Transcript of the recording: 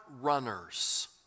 runners